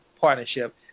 partnership